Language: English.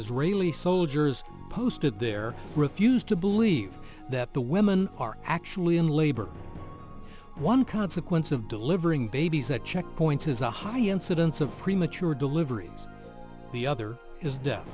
israeli soldiers posted there refused to believe that the women are actually in labor one consequence of delivering babies at checkpoints is a high incidence of premature deliveries the other is death